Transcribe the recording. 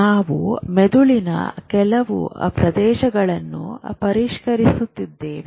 ನಾವು ಮೆದುಳಿನ ಕೆಲವು ಪ್ರದೇಶಗಳನ್ನು ಪರಿಷ್ಕರಿಸುತ್ತಿದ್ದೇವೆ